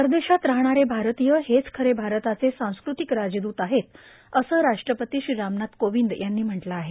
परदेशात राहणारे भारतीय हेच खरे भारताचे सांस्कृातक राजदूत आहेत असं राष्ट्रपती श्री रामनाथ र्कोवंद यांनी म्हटलं आहे